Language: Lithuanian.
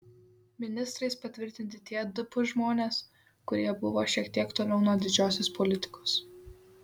ministrais patvirtinti tie dp žmonės kurie buvo šiek tiek toliau nuo didžiosios politikos